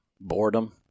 boredom